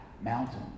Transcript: mountain